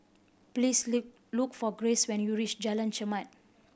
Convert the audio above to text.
please look for Graves when you reach Jalan Chermat